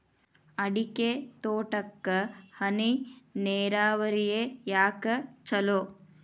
ಅಡಿಕೆ ತೋಟಕ್ಕ ಹನಿ ನೇರಾವರಿಯೇ ಯಾಕ ಛಲೋ?